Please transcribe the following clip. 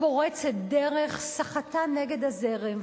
פורצת דרך, שחתה נגד הזרם.